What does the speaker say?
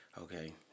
okay